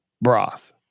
broth